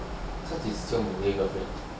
他几十有 malay girlfriend